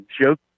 joke